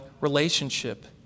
relationship